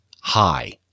high